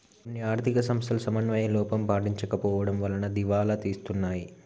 కొన్ని ఆర్ధిక సంస్థలు సమన్వయ లోపం పాటించకపోవడం వలన దివాలా తీస్తున్నాయి